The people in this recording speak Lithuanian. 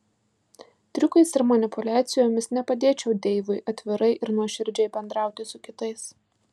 triukais ir manipuliacijomis nepadėčiau deivui atvirai ir nuoširdžiai bendrauti su kitais